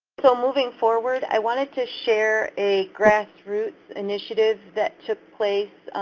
so moving forward, i wanted to share a grassroots initiative that took place,